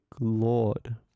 Lord